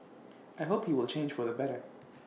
I hope he will change for the better